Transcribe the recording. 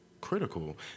critical